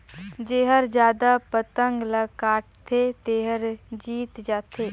जेहर जादा पतंग ल काटथे तेहर जीत जाथे